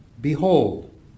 Behold